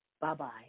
Bye-bye